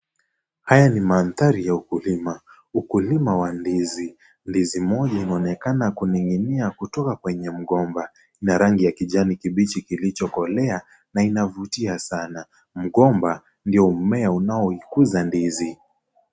Haya ni mandhari ya ukulima, ukulima wa ndizi. Ndizi moja inaonekana kuning'inia kutoka kwenye mgomba, ina rangi ya kijani kibichi kilichokolea na inavutia sana. Mgomba ndio mmea unaoikuza ndizi.